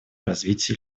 развитии